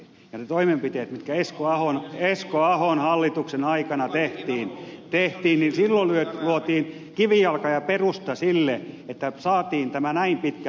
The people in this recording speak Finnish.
ja niillä toimenpiteillä jotka esko ahon hallituksen aikana tehtiin silloin luotiin kivijalka ja perusta sille että saatiin tämä näin pitkä nousukausi liikkeelle